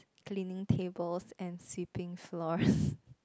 cleaning tables and sweeping floors